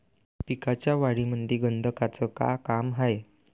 पिकाच्या वाढीमंदी गंधकाचं का काम हाये?